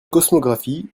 cosmographie